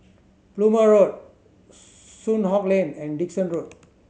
Plumer Road Soon Hock Lane and Dickson Road